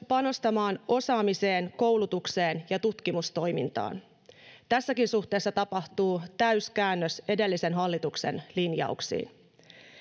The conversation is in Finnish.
panostamaan myös osaamiseen koulutukseen ja tutkimustoimintaan tässäkin suhteessa tapahtuu täyskäännös edellisen hallituksen linjauksiin